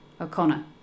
O'Connor